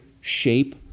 shape